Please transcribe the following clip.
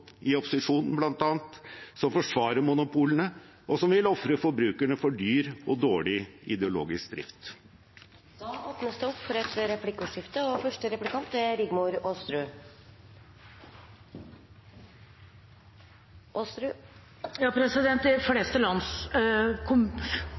i opposisjonen, som forsvarer monopolene, og som vil ofre forbrukerne for dyr og dårlig ideologisk drift. Det blir replikkordskifte. De fleste politiske partier har hatt landsmøter nå i vår, og